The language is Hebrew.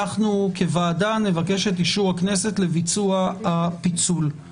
אנחנו כוועדה נבקש את אישור הכנסת לביצוע הפיצול.